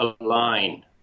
align